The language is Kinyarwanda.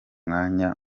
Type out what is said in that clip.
mwanya